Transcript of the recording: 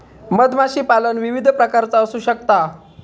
मधमाशीपालन विविध प्रकारचा असू शकता